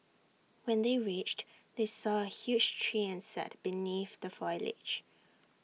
when they reached they saw A huge tree and sat beneath the foliage